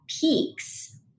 peaks